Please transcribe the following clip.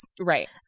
Right